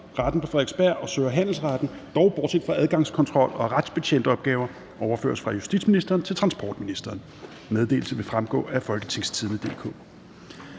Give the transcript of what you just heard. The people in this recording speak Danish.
Retten på Frederiksberg og Sø- og Handelsretten, dog bortset fra adgangskontrol og retsbetjentopgaver, overføres fra justitsministeren til transportministeren. Meddelelsen vil fremgå af www.folketingstidende.dk